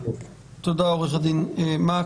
תודה, עורך הדין מק.